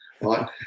right